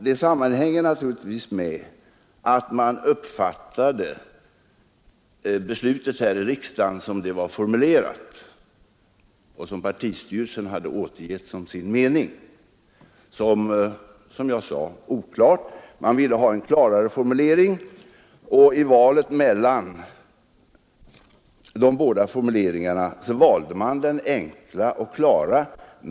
Det sammanhänger naturligtvis med att man uppfattade beslutet som oklart, sådant det beslutet var formulerat här i riksdagen och som partistyrelsen hade återgivit som sin mening. Man ville ha en klarare formulering. I valet mellan de båda formuleringarna valde man den enkla och klara.